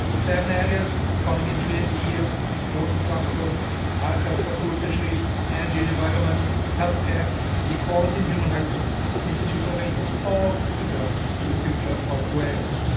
seven areas economy and trade with the eu ports and transport agriculture, food and fisheries energy and environment healthcare equality and human rights institutional arrangements all critical to the future of wales.